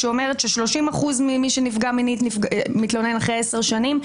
שאומרת ש-30% ממי שנפגע מינית מתלונן אחרי עשר שנים,